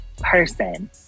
person